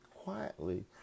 quietly